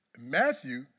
Matthew